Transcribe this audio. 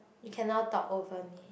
you cannot talk over me